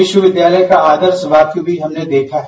विश्वविद्यालय का आदर्शवाद भी हमने देखा है